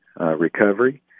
recovery